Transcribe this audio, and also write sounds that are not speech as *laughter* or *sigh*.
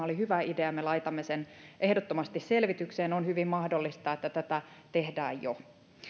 *unintelligible* oli hyvä idea ja me laitamme sen ehdottomasti selvitykseen on hyvin mahdollista että tätä tehdään jo